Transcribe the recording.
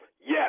Yes